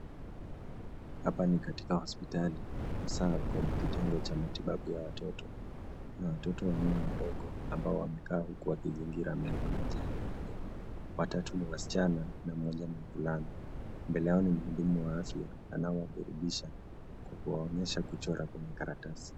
Hapa ni katika hospitali, hasaa kwa kitengo cha matibabu ya watoto. Kuna watoto wanne wadogo ambao wamekaa huku wakizingira meza moja nyeupe. watatu ni wasichana na mmoja ni mvulana. Mbele yao ni mhudumu wa afya anayewaburudisha kwa kuwaonyesha kuchora kwa vikaratasi.